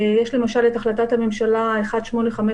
יש, למשל, את החלטת הממשלה 1855